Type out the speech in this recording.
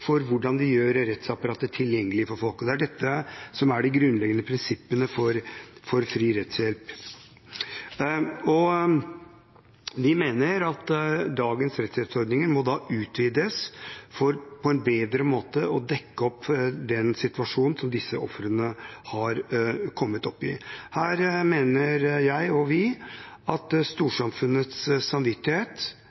for hvordan vi gjør rettsapparatet tilgjengelig for folk. Det er dette som er de grunnleggende prinsippene for fri rettshjelp. Vi mener at dagens rettshjelpsordninger må utvides for på en bedre måte å dekke opp for den situasjonen som disse ofrene har kommet opp i. Her mener jeg, og vi, at